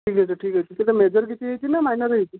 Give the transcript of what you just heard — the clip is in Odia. ଠିକ୍ ଅଛି ଠିକ୍ ଅଛି କିନ୍ତୁ ମେଜର୍ କିଛି ହୋଇଛି ନା ମାଇନର୍ ହୋଇଛି